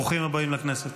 ברוכים הבאים לכנסת.